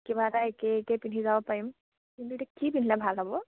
কিবা এটা একে একেই পিন্ধি যাব পাৰিম কিন্তু এতিয়া কি পিন্ধিলে ভাল হ'ব